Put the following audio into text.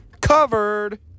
covered